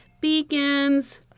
Beacons